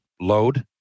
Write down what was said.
load